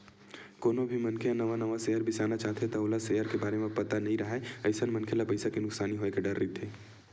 कोनो भी मनखे ह नवा नवा सेयर बिसाना चाहथे त ओला सेयर के बारे म पता नइ राहय अइसन मनखे ल पइसा के नुकसानी होय के डर रहिथे